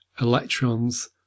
electrons